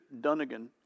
Dunnigan